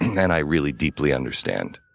and i really, deeply understand.